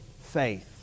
faith